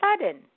sudden